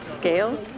gail